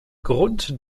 grund